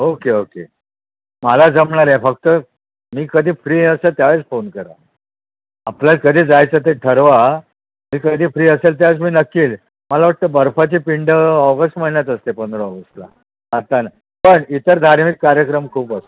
okay okay मला जमणार आहे फक्त मी कधी फ्री असतो त्यावेळेस फोन करा आपल्याला कधी जायचं ते ठरवा मी कधी फ्री असेल त्याच वेळी मी नक्की येईन मला वाटतं बर्फाची पिंड ऑगस्ट महिन्यात असते पंधरा ऑगस्टला आता ना पण इतर धार्मिक कार्यक्रम खूप असतात